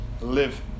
live